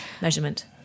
measurement